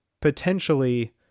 potentially